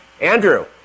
Andrew